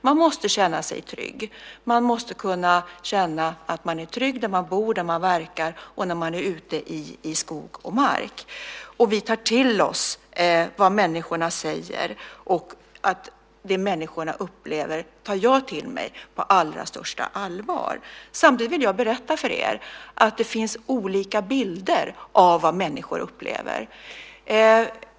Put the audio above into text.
Man måste känna sig trygg. Man måste kunna känna att man är trygg där man bor och verkar, och man måste kunna känna sig trygg när man är ute i skog och mark. Vi tar till oss vad människorna säger. Jag tar på största allvar till mig det människorna upplever. Samtidigt vill jag berätta att det finns olika bilder av vad människor upplever.